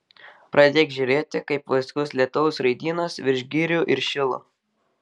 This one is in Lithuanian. pradėk žėrėti kaip vaiskus lietaus raidynas virš girių ir šilo